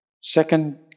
Second